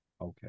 Okay